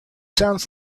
sounds